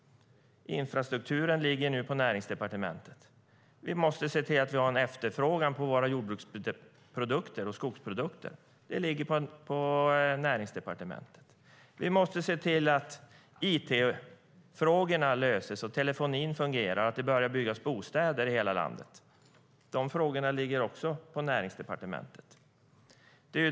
Infrastrukturfrågorna ligger nu på Näringsdepartementet. Vi måste se till att vi har en efterfrågan på våra jordbruks och skogsprodukter, och det ligger på Näringsdepartementet. Vi måste se till att it-frågorna löses, att telefonin fungerar och att det börjar byggas bostäder i hela landet. De frågorna ligger också på Näringsdepartementet.